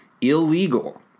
illegal